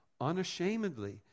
unashamedly